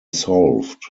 solved